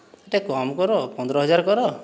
ଟିକେ କମ୍ କର ପନ୍ଦର ହଜାର କର